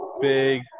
big